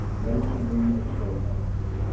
ready to leave at short notice.